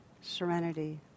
serenity